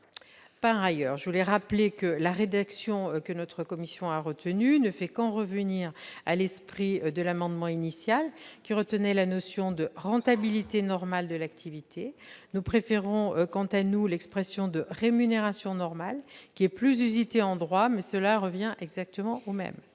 par ailleurs que la rédaction retenue par notre commission ne fait que revenir à l'esprit de la rédaction initiale, qui retenait la notion de « rentabilité normale » de l'activité. Nous préférons quant à nous l'expression de « rémunération normale », qui est plus usitée en droit, mais cela revient exactement au même.